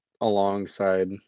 alongside